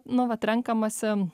nu vat renkamasi